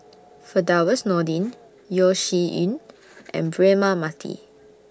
Firdaus Nordin Yeo Shih Yun and Braema Mathi